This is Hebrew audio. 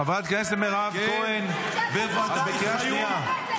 --- חברת הכנסת מירב כהן, את בקריאה שנייה.